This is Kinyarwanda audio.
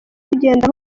kugenda